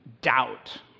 doubt